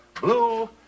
blue